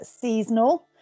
seasonal